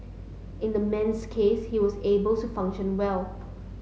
in the man's case he was able to function well